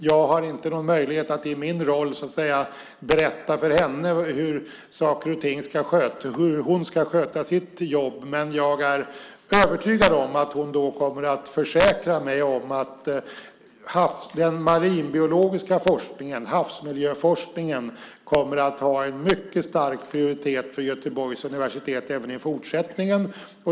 Jag har ingen möjlighet att i min roll berätta för henne hur hon ska sköta sitt jobb, men jag är övertygad om att hon då kommer att försäkra mig om att den marinbiologiska forskningen, havsmiljöforskningen, kommer att ha mycket hög prioritet för Göteborgs universitet även i fortsättningen.